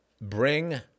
bring